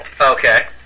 Okay